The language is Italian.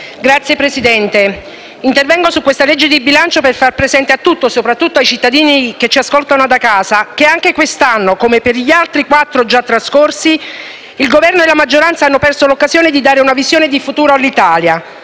Signor Presidente, intervengo sul disegno di legge di bilancio in esame per far presente a tutti, e soprattutto ai cittadini che ci ascoltano da casa, che anche quest'anno, come per gli altri quattro già trascorsi, il Governo e la maggioranza hanno perso l'occasione di dare una visione di futuro all'Italia.